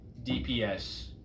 DPS